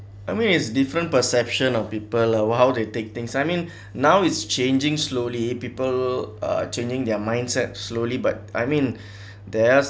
I mean it's different perception of people ah how they take things I mean now is changing slowly people uh changing their mindset slowly but I mean there are